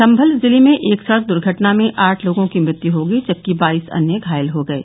सम्मल जिले में एक सड़क दुर्घटना में आठ लोगों की मृत्यु हो गयी जबकि बाईस अन्य घायल हो गये